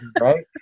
right